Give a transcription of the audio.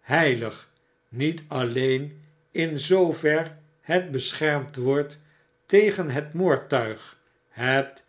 heilig niet alleen in zoover het beschermd wordt tegen het moordtuig het